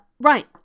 Right